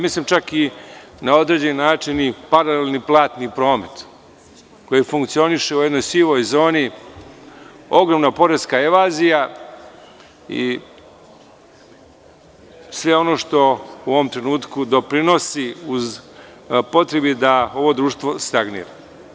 Mislim čak na određen način i paralelni platni promet koji funkcioniše u jednoj sivoj zoni, ogromna poreska evazija i sve ono što u ovom trenutku doprinosi potrebi da ovo društvo stagnira.